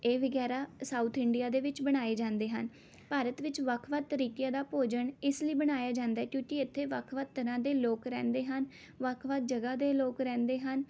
ਇਹ ਵਗੈਰਾ south India ਦੇ ਵਿੱਚ ਬਣਾਏ ਜਾਂਦੇ ਹਨ ਭਾਰਤ ਵਿੱਚ ਵੱਖ ਵੱਖ ਤਰੀਕਿਆਂ ਦਾ ਭੋਜਨ ਇਸ ਲਈ ਬਣਾਇਆ ਜਾਂਦਾ ਹੈ ਕਿਉਂਕਿ ਇੱਥੇ ਵੱਖ ਵੱਖ ਤਰ੍ਹਾਂ ਦੇ ਲੋਕ ਰਹਿੰਦੇ ਹਨ ਵੱਖ ਵੱਖ ਜਗ੍ਹਾ ਦੇ ਲੋਕ ਰਹਿੰਦੇ ਹਨ